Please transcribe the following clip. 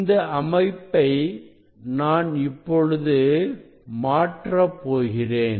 இந்த அமைப்பை நான் இப்பொழுது மாற்றப் போகிறேன்